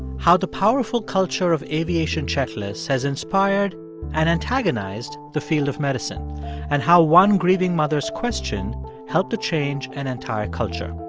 how the powerful culture of aviation checklists has inspired and antagonized the field of medicine and how one grieving mother's question helped to change an entire culture.